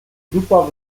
super